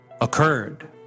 occurred